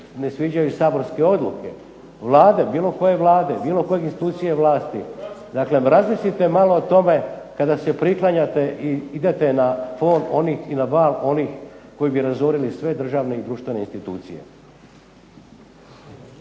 ne sviđaju saborske odluke. Vlade, bilo koje institucije vlasti. Dakle, razmislite malo o tome kada se priklanjate i idete na ... onih koji bi razorili sve državne i društvene institucije.